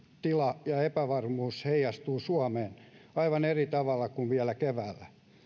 tila ja epävarmuus heijastuvat suomeen aivan eri tavalla kuin vielä keväällä